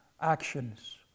actions